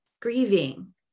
grieving